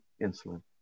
insulin